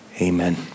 amen